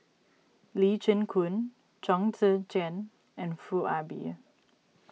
Lee Chin Koon Chong Tze Chien and Foo Ah Bee